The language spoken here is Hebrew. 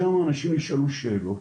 שם אנשים נשאלו שאלות,